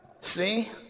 See